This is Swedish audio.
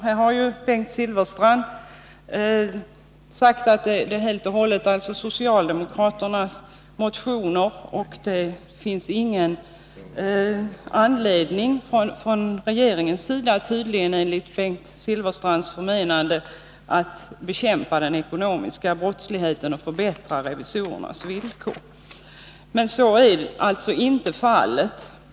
Bengt Silfverstrand sade i det sammanhanget att det helt och hållet är socialdemokraternas motion som ligger bakom detta, och enligt hans förmenande fanns det tydligen ingen anledning att från regeringens sida ta initiativ till att bekämpa den ekonomiska brottsligheten och förbättra revisorernas villkor. Så är alltså inte fallet.